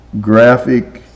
graphic